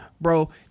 bro